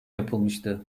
yapılmıştı